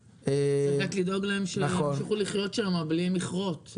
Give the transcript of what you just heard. צריך רק לדאוג להם שימשיכו לחיות שם בלי מכרות.